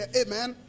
amen